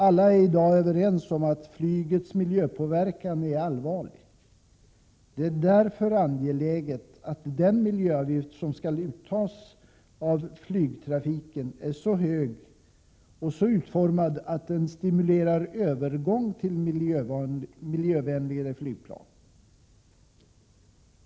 Alla är i dag överens om att flygets miljöpåverkan är allvarlig. Det är därför angeläget att den miljöavgift som skall tas ut av flygtrafiken är så hög och så utformad att den stimulerar till övergång till miljövänligare flygplan.